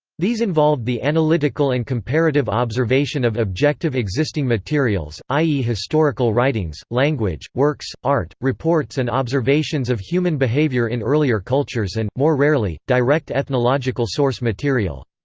these involved the analytical and comparative observation of objective existing materials, i e. historical writings, language, works, art, reports and observations of human behaviour in earlier cultures and, more rarely, direct ethnological source material.